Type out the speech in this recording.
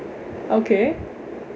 okay